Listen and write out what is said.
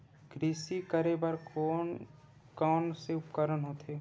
कृषि करेबर कोन कौन से उपकरण होथे?